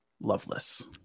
Loveless